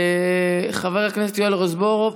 חבר הכנסת יואל רזבוזוב,